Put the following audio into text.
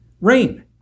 rain